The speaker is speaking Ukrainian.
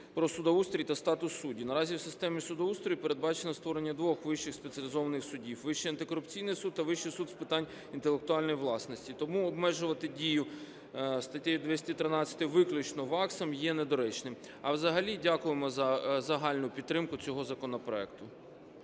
"Про судоустрій та статус суддів". Наразі в системі судоустрою передбачено створення двох вищих спеціалізованих судів – Вищий антикорупційний суд та Вищий суд з питань інтелектуальної власності. Тому обмежувати дію статті 213 виключно ВАКСом є недоречним. А взагалі дякуємо за загальну підтримку цього законопроекту.